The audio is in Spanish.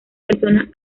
personas